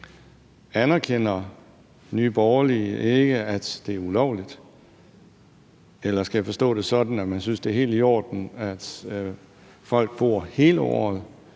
Anerkender Nye Borgerlige ikke, at det er ulovligt? Eller skal jeg forstå det sådan, at man synes, det er helt i orden, at folk bor hele året